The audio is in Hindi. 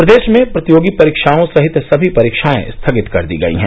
प्रदेश में प्रतियोगी परीक्षाओं सहित सभी परीक्षाएं स्थगित कर दी गई हैं